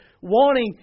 wanting